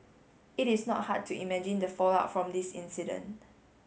it is not hard to imagine the fallout from this incident